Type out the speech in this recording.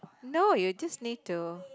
no you just need to